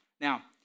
Now